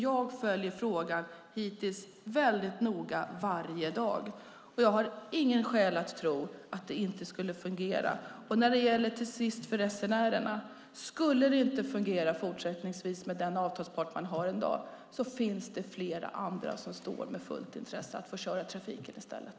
Jag följer frågan väldigt noga varje dag, och jag har inget skäl att tro att det inte skulle fungera. Till sist när det gäller resenärerna: Skulle det inte fungera fortsättningsvis med den avtalspart man har i dag finns det flera andra med intresse av att få köra trafiken i stället.